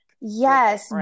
yes